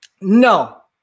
no